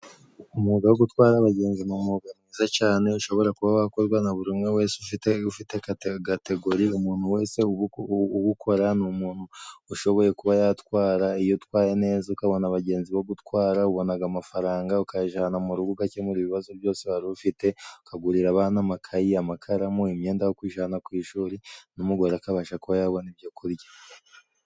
Umwuga wo gutwara abagenzi ni umwuga mwiza cane， ushobora kuba wakorwa na buri umwe wese ufite kategori，umuntu wese uwukora ni umuntu ushoboye kuba yatwara，iyo utwaye neza ukabona abagenzi bo gutwara， ubonaga amafaranga， ukayajana mu rugo，ugakemura ibibazo byose wari ufite，ukagurira abana amakayi，amakaramu，imyenda yo kujana ku ishuri， n’umugore akabasha kuba yabona ibyo kurya.